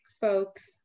folks